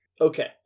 Okay